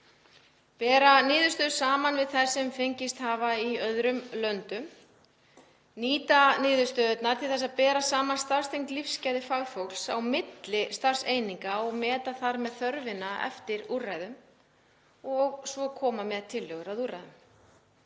bera niðurstöður saman við þær sem fengist hafa í öðrum löndum, c. nýta niðurstöður til þess að bera saman starfstengd lífsgæði fagfólks á milli starfseininga og meta þar með þörfina eftir úrræðum, d. koma með tillögur að úrræðum.